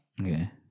Okay